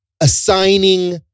assigning